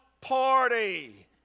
party